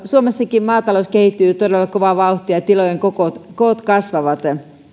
suomessakin maatalous kehittyy todella kovaa vauhtia ja tilojen koot kasvavat